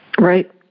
Right